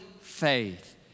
faith